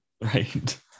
right